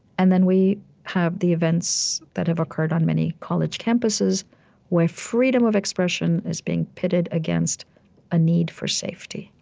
and then we have the events that have occurred on many college campuses where freedom of expression is being pitted against a need for safety.